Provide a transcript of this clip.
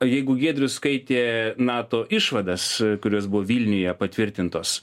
jeigu giedrius skaitė nato išvadas kurios buvo vilniuje patvirtintos